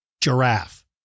Giraffe